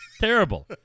Terrible